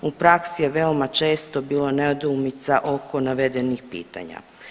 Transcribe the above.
U praksi je veoma često bilo nedoumica oko navedenih pitanja.